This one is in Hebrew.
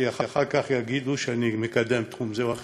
כי אחר כך יגידו שאני מקדם תחום זה או אחר,